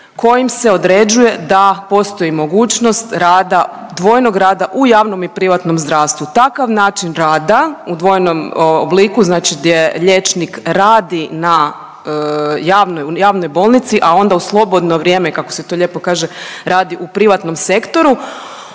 kojim se određuje da postoji mogućnost rada dvojnog rada u javnom i privatnom zdravstvu. Takav način rada u dvojnom obliku gdje liječnik radi na javnoj bolnici, a onda u slobodno vrijeme, kako se to lijepo kaže radi u privatnom sektoru,